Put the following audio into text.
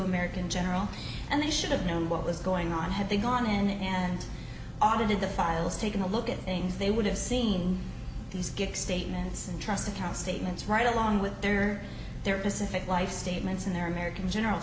american general and they should have known what was going on had they gone in and audited the files taken a look at things they would have seen these statements and trust account statements right along with their their pacific life statements and their american general